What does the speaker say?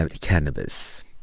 cannabis